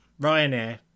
Ryanair